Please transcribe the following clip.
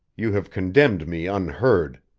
you have condemned me unheard.